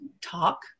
talk